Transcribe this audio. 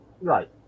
Right